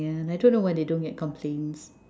yeah I don't know why they don't get complaints